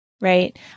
right